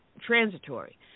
transitory